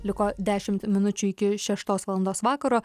liko dešimt minučių iki šeštos valandos vakaro